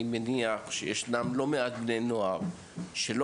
אני יודע שישנם לא מעט בני נוער שלא